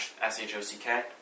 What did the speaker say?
S-H-O-C-K